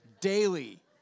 daily